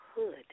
Hood